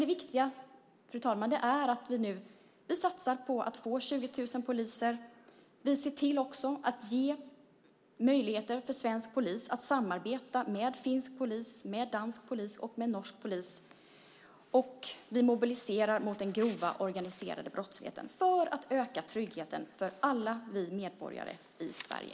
Det viktiga, fru talman, är att vi nu satsar på att få 20 000 poliser. Vi ser till att ge svensk polis möjlighet att samarbeta med finsk polis, dansk polis och norsk polisk. Vi mobiliserar mot den grova organiserade brottsligheten för att öka tryggheten för alla oss medborgare i Sverige.